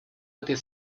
этой